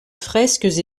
fresques